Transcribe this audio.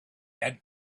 had